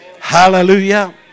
Hallelujah